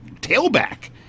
tailback